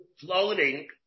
floating